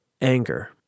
Anger